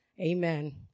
Amen